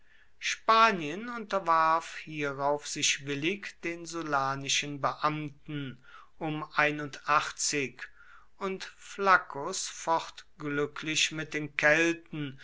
spanien unterwarf hierauf sich willig den sullanischen beamten und flaccus focht glücklich mit den kelten